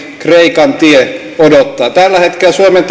kreikan tie odottaa tällä hetkellä suomen